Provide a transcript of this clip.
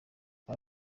aba